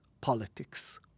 politics